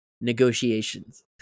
negotiations